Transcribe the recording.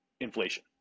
inflation